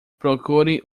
procure